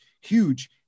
huge